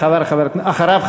ואחריו,